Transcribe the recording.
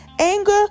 anger